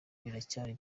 biracyari